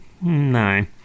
No